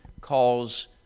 calls